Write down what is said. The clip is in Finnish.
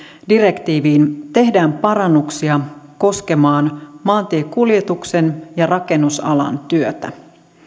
direktiiviin tehdään parannuksia koskemaan maantiekuljetuksen ja rakennusalan työtä